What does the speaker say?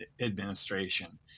administration